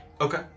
Okay